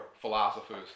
philosophers